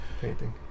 Painting